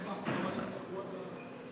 כמה נפתחו?